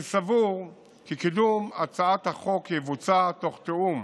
אני סבור כי קידום הצעת החוק יהיה תוך תיאום